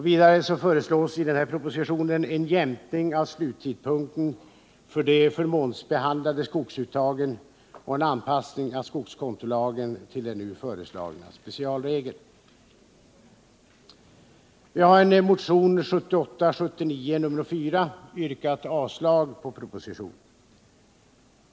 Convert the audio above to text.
Vidare föreslås i propositionen en jämkning av sluttidpunkten för de förmånsbehandlade skogsuttagen och en anpassning av skogskontolagen till den nu föreslagna specialregeln. Vi har i motionen 1978/79:4 yrkat avslag på propositionen.